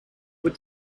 were